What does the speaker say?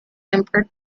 import